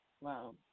Wow